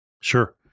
Sure